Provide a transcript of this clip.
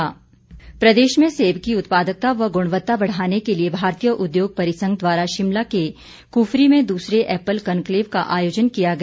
सेब प्रदेश में सेब की उत्पादकता व गुणवत्ता बढ़ाने के लिए भारतीय उद्योग परिसंघ द्वारा शिमला के कुफरी में दूसरे ऐपल कनक्लेव का आयोजन किया गया